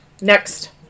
Next